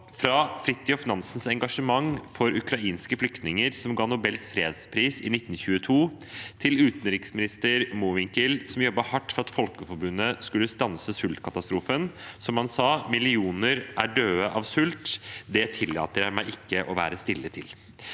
fra Fridtjof Nansens engasjement for ukrainske flyktninger, noe som ga ham Nobels fredspris i 1922, til utenriksminister Mowinckel, som jobbet hardt for at Folkeforbundet skulle stanse sultkatastrofen – som han sa: «Millioner er døde av sult – det tillater meg ikke å være stille» – til